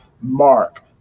mark